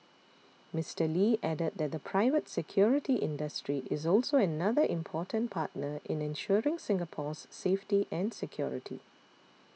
Mister Lee added that the private security industry is also another important partner in ensuring Singapore's safety and security